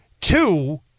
Two